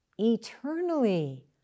eternally